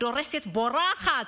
הדורסת בורחת,